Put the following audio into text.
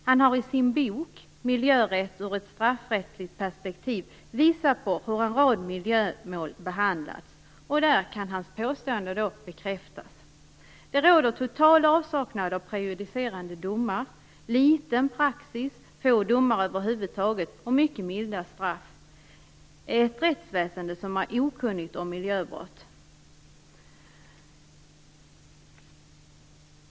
Han har i sin bok Miljörätt ur ett straffrättsligt perspektiv visat på hur en rad miljömål behandlats. Där kan hans påstående bekräftas. Det råder total avsaknad av prejudicerande domar, liten praxis, få domare över huvud taget och mycket milda straff. Det är ett rättsväsende som är okunnigt om miljöbrott.